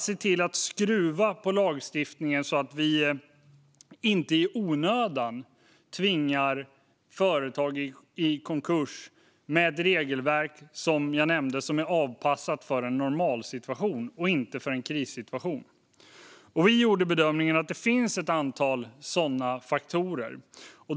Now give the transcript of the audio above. Kan vi skruva på lagstiftningen så att företag inte i onödan tvingas i konkurs på grund av ett regelverk som, som sagt, är avpassat för en normalsituation och inte för en krissituation? Vi gör bedömningen att det finns ett antal sådana faktorer.